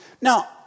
Now